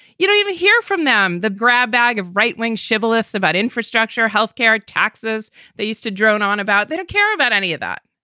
you don't even hear from them. the grab bag of right wing shibboleths about infrastructure, health care, taxes they used to drone on about. they don't care about any of that.